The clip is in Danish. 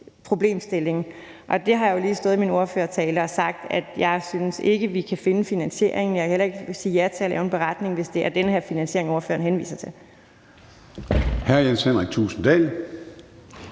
problemstilling, og jeg har jo lige i min ordførertale stået og sagt, at jeg ikke synes, at vi kan finde finansieringen. Jeg kan heller ikke sige ja til at lave en beretning, hvis det er den her finansiering, ordføreren henviser til.